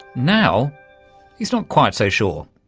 now he's not quite so sure.